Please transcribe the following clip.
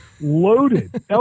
loaded